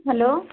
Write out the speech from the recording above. hello